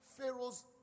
Pharaoh's